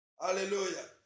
Hallelujah